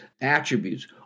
attributes